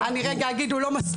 סליחה, אני אגיד שהוא לא מספיק.